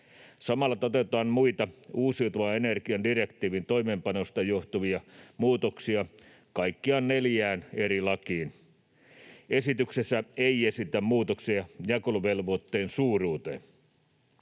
Samalla toteutetaan muita uusiutuvan energian direktiivin toimeenpanosta johtuvia muutoksia kaikkiaan neljään eri lakiin. Esityksessä ei esitetä muutoksia jakeluvelvoitteen suuruuteen.